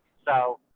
so,